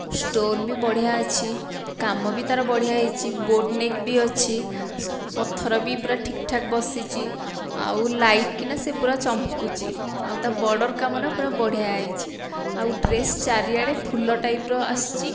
stone ବି ବଢ଼ିଆ ଅଛି କାମ ବି ତାର ବଢ଼ିଆ ହେଇଛି ବୋଟ ନେକ ବି ଅଛି ପଥର ବି ପୁରା ଠିକ ଠାକ ବସିଛି ଆଉ ଲାଇଟକିନା ସେ ପୁରା ଚମକୁଛି ଆଉ ତା ବୋର୍ଡ଼ର କାମ ନା ପୁରା ବଢ଼ିଆ ହେଇଛି ଆଉ ଡ୍ରେସ ଚାରିଆଡ଼େ ଫୁଲ ଟାଇପର ଆସିଛି